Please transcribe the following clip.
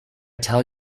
tell